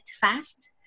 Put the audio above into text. fast